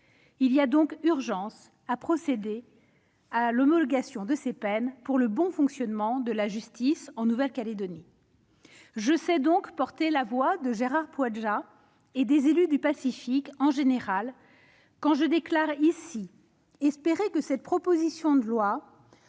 Il y a donc urgence à procéder à l'homologation de ces peines, pour le bon fonctionnement de la justice en Nouvelle-Calédonie. Je sais porter la voix de Gérard Poadja et des élus du Pacifique en général quand je déclare ici espérer que cette proposition de loi